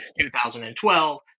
2012